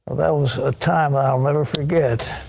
that was a time i will never forget.